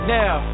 now